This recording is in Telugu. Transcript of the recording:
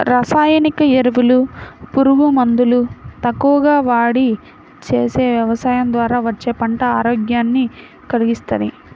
రసాయనిక ఎరువులు, పురుగు మందులు తక్కువగా వాడి చేసే యవసాయం ద్వారా వచ్చే పంట ఆరోగ్యాన్ని కల్గిస్తది